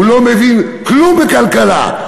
הוא לא מבין כלום בכלכלה,